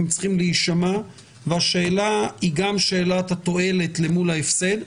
היא הבעיה שיש לנו עם סיטואציה של מחלימים מארצות הברית.